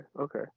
okay